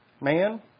man